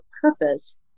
purpose